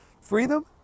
freedom